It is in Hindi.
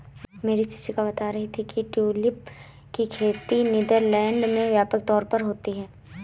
मेरी शिक्षिका बता रही थी कि ट्यूलिप की खेती नीदरलैंड में व्यापक तौर पर होती है